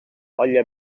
olla